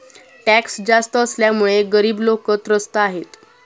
tax जास्त असल्यामुळे गरीब लोकं त्रस्त आहेत